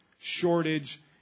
shortage